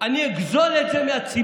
אני אגזול את זה מהציבור,